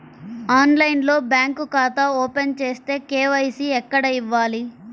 ఆన్లైన్లో బ్యాంకు ఖాతా ఓపెన్ చేస్తే, కే.వై.సి ఎక్కడ ఇవ్వాలి?